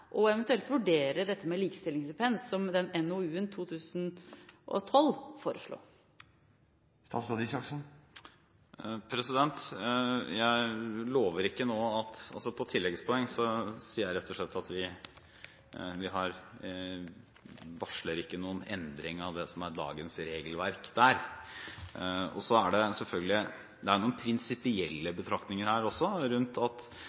og eventuelt vurdere dette med likestillingsstipend, som NOU-en fra 2012 foreslo. Jeg lover ikke noe nå. Når det gjelder tilleggspoeng, sier jeg rett og slett at vi ikke varsler noen endring av det som er dagens regelverk. Så er det noen prinsipielle betraktninger her. Enhver bruk av f.eks. tilleggsstipend eller kvoter gjør at